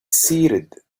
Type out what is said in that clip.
seated